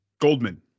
Goldman